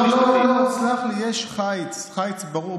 יש חיץ, חיץ ברור.